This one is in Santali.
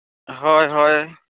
ᱦᱳᱭ ᱦᱳᱭ